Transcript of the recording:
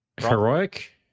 Heroic